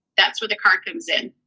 that's where the car comes in.